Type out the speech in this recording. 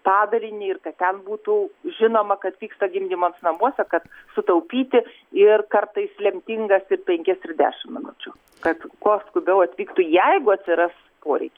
padalinį ir kad ten būtų žinoma kad vyksta gimdymas namuose kad sutaupyti ir kartais lemtingas ir penkias ir dešimt minučių kad kuo skubiau atvyktų jeigu atsiras poreikis